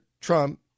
Trump